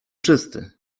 czysty